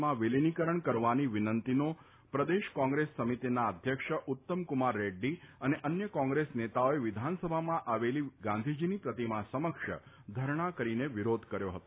માં વિલીનીકરણ કરવાની વિનંતીનો પ્રદેશ કોંગ્રેસ સમિતિના અધ્યક્ષ ઉત્તમ કુમાર રેડ્ડી અને અન્ય કોંગ્રેસ નેતાઓએ વિધાનસભામાં આવેલી ગાંધીજીની પ્રતિમા સમક્ષ ધરણાં કરીને વિરોધ કર્યો હતો